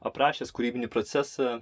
aprašęs kūrybinį procesą